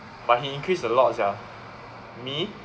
but he increased a lot sia me